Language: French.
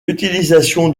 utilisation